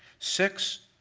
six,